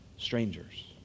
strangers